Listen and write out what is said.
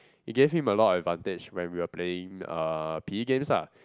it gave him a lot of advantage when we are playing uh P_E games lah